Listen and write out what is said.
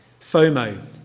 FOMO